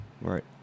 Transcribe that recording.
Right